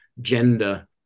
gender